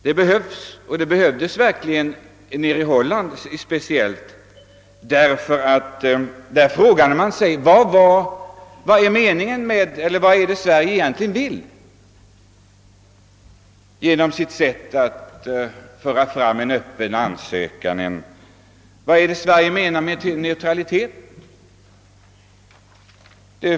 Det behövs, och det behövdes verkligen speciellt i Holland, ty parlamentarikerna där frågade: Vad är det Sverige egentligen vill med sitt sätt att föra fram en öppen ansökan? Vad menar Sverige med neutralitet?